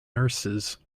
nurses